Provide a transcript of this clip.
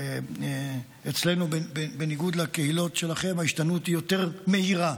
אצלנו בניגוד לקהילות שלכם ההשתנות היא יותר מהירה,